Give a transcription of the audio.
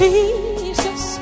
Jesus